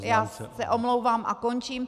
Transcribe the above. Já se omlouvám a končím.